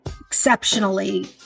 exceptionally